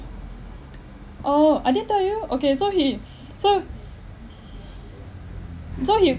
oh I didn't tell you okay so he so so he